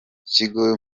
kigo